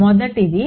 కాబట్టి మొదటిది